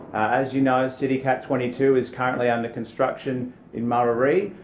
as you know citycat twenty two is currently under construction in murarrie.